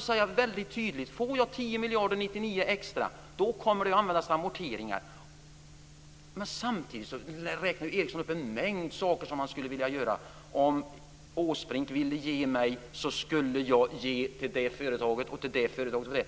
säger väldigt tydligt: Får jag 10 miljarder extra 1999, kommer de att användas för amorteringar. Men samtidigt räknar Eriksson upp en mängd saker som han skulle vilja göra. - Om Åsbrink ville ge mig -, så skulle jag ge till det och det företaget.